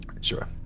Sure